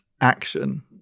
action